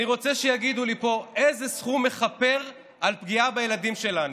אני רוצה שיגידו לי פה איזה סכום מכפר על פגיעה בילדים שלנו,